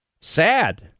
Sad